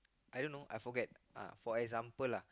I don't know I forget for example lah